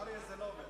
לא, עוד לא היו.